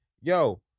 yo